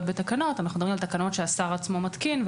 בתקנות אנחנו מדברים על תקנות שהשר עצמו מתקין.